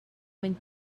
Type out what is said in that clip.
mwyn